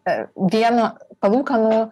per dieną palūkanų